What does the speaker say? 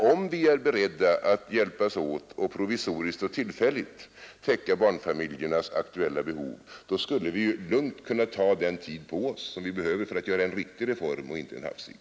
Om vi är beredda att hjälpas åt genom att provisoriskt och tillfälligt täcka barnfamiljernas aktuella behov, skulle vi lugnt kunna ta den tid på oss som behövs för att göra en riktig reform och inte en hafsig.